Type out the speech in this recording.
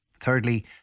Thirdly